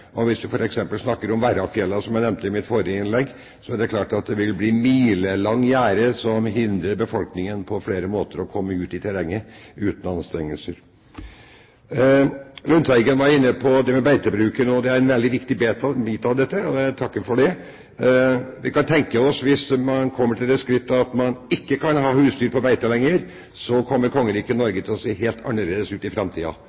Hvis man f.eks. snakker om Verrafjellet, som jeg nevnte i mitt forrige innlegg, er det klart at det vil bli et milelangt gjerde som hindrer befolkningen på flere måter å komme ut i terrenget uten anstrengelser. Lundteigen var inne på beitebruken, og det er en veldig viktig bit av dette. Jeg takker for det. Vi kan tenke oss at hvis man kommer til det skritt at man ikke kan ha husdyr på beite lenger, kommer kongeriket Norge til å se helt annerledes ut i